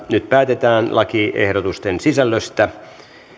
nyt päätetään lakiehdotusten sisällöstä